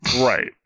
Right